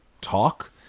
talk